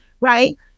right